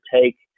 take